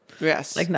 Yes